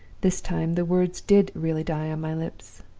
this time the words did really die on my lips.